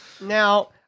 Now